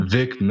Vic